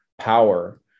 power